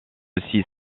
aussi